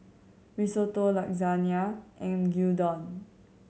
Risotto Lasagna and Gyudon